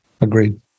Agreed